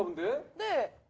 did the